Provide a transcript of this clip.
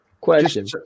Question